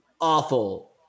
awful